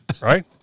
right